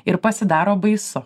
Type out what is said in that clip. ir pasidaro baisu